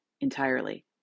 entirely